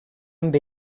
amb